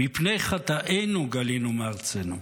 "מפני חטאינו גלינו מארצנו",